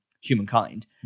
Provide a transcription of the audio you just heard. humankind